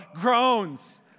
groans